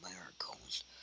miracles